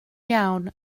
iawn